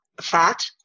fat